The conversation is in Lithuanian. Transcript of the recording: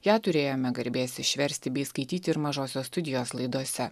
ją turėjome garbės išversti bei skaityti ir mažosios studijos laidose